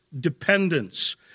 dependence